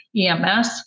EMS